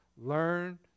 Learn